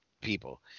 people